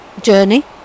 journey